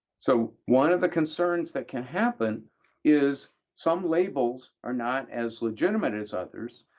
so one of the concerns that can happen is some labels are not as legitimate as others.